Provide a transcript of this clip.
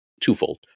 twofold